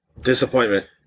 disappointment